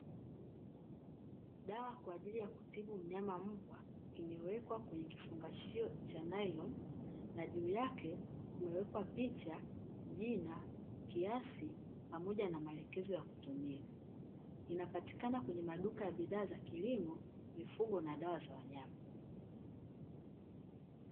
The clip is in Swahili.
Dawa kwa ajili ya kutibu mnyama mbwa, imewekwa kwenye kifungashio cha nailoni, na juu yake kumewekwa picha, jina, kiasi pamoja na maelekezo ya kutumia. Inapatikana kwenye maduka ya bidhaa za kilimo, mifugo na dawa za wanyama.